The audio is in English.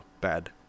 bad